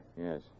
Yes